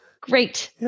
Great